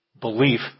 Belief